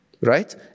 right